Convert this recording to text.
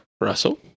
Russell